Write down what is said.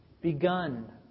begun